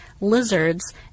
lizards